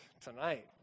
tonight